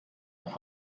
nach